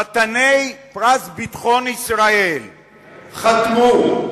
חתני פרס ביטחון ישראל חתמו,